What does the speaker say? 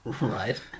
Right